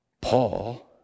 Paul